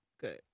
good